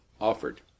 offered